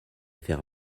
faire